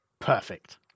Perfect